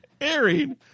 airing